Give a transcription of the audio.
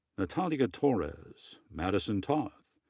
natalia torrez, madison toth,